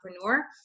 entrepreneur